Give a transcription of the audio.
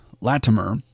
Latimer